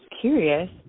curious